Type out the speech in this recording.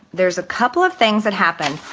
there's a couple of things that happen.